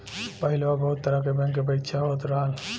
पहिलवा बहुत तरह के बैंक के परीक्षा होत रहल